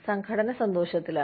സംഘടന സന്തോഷത്തിലാണ്